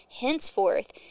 Henceforth